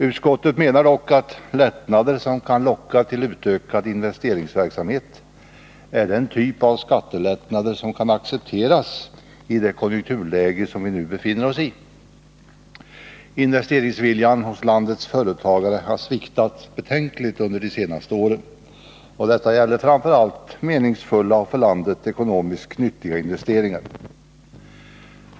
Utskottet menar dock att lättnader som kan locka till utökad investeringsverksamhet är den typ av skattelättnader som kan accepteras i det konjunkturläge som vi nu befinner oss i. Investeringsviljan hos landets företagare har sviktat betänkligt under de senaste åren, och detta gäller framför allt meningsfulla och för landets ekonomi nyttiga investeringar.